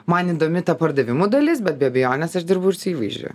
man įdomi ta pardavimų dalis bet be abejonėsaš dirbu ir su įvaizdžiu